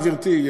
גברתי.